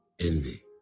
Envy